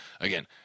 Again